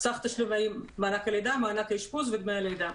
סך תשלומי מענק הלידה, מענק האשפוז ודמי הלידה.